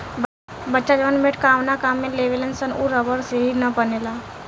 बच्चा जवन मेटकावना काम में लेवेलसन उ रबड़ से ही न बनेला